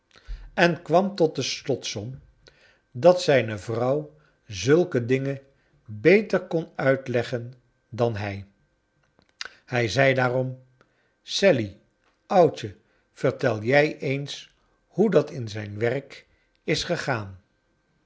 en kwam tot de slot som dat zijne vrouw zulke dingen beter kon uitleggen dan hij hij zei daarom sally oudje vertel jij eens hoe dat in zijn werk is gegaan